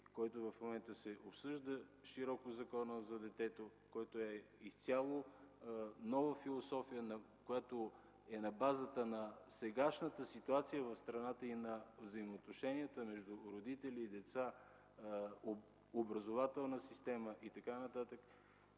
и в момента широко се обсъжда Законът за детето, който е изцяло нова философия, която е на базата на сегашната ситуация в страната и на взаимоотношенията между родители и деца, образователна система и така нататък.